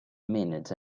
minutes